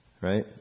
right